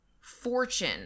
fortune